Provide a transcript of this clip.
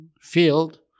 field